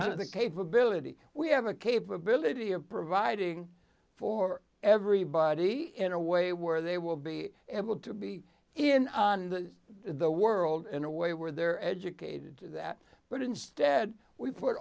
none of the capability we have a capability of providing for everybody in a way where they will be able to be in the world in a way where they're educated to that but instead we put